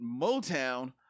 Motown